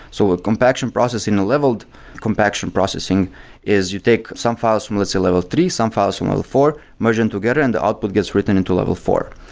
so ah compaction process in a leveled compaction processing is you take some files from let's say level three, some files from level four, merge them together and the output gets written into level four.